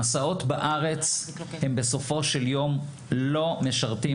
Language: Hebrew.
המסעות בארץ הם בסופו של יום לא משרתים